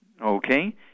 Okay